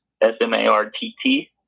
S-M-A-R-T-T